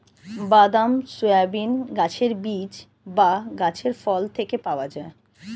বাদাম, সয়াবিন গাছের বীজ বা গাছের ফল থেকে পাওয়া যায়